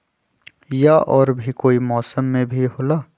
या और भी कोई मौसम मे भी होला?